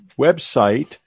website